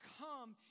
come